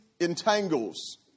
entangles